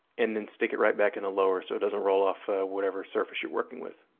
and then stick it right back in the lower, so it doesn't roll off whatever surface you're working with.